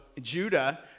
Judah